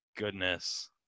goodness